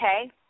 okay